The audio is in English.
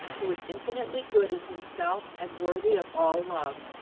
who is infinitely good in himself and worthy of all love.